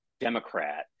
Democrat